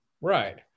Right